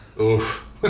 Oof